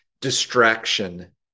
distraction